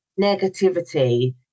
negativity